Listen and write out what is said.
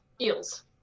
eels